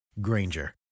Granger